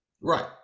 right